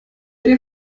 dir